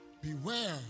Beware